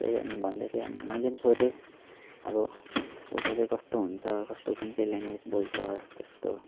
त्यही अनि भन्दै थिए अनि मैले पनि सोधेँ अब उता चाहिँ कस्तो हुन्छ कस्तो कुन चाहिँ ल्याङ्ग्वेज बोल्छ यस्तो यस्तो